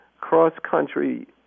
cross-country